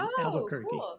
Albuquerque